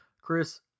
Chris